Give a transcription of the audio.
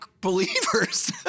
believers